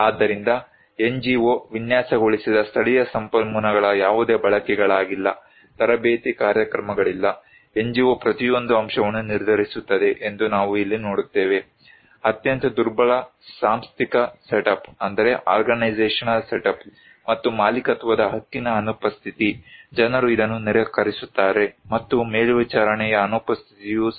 ಆದ್ದರಿಂದ NGO ವಿನ್ಯಾಸಗೊಳಿಸಿದ ಸ್ಥಳೀಯ ಸಂಪನ್ಮೂಲಗಳ ಯಾವುದೇ ಬಳಕೆಗಳಿಲ್ಲ ತರಬೇತಿ ಕಾರ್ಯಕ್ರಮಗಳಿಲ್ಲ NGO ಪ್ರತಿಯೊಂದು ಅಂಶವನ್ನು ನಿರ್ಧರಿಸುತ್ತದೆ ಎಂದು ನಾವು ಇಲ್ಲಿ ನೋಡುತ್ತೇವೆ ಅತ್ಯಂತ ದುರ್ಬಲ ಸಾಂಸ್ಥಿಕ ಸೆಟಪ್ ಮತ್ತು ಮಾಲೀಕತ್ವದ ಹಕ್ಕಿನ ಅನುಪಸ್ಥಿತಿ ಜನರು ಇದನ್ನು ನಿರಾಕರಿಸುತ್ತಾರೆ ಮತ್ತು ಮೇಲ್ವಿಚಾರಣೆಯ ಅನುಪಸ್ಥಿತಿಯೂ ಸಹ